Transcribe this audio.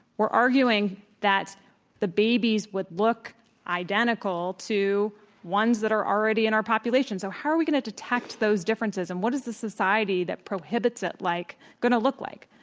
we're arguing that the babies would look identical to ones that are already and inour population. so how are we going to detect those differences? and what is the society that prohibits it like going to look like?